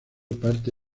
parte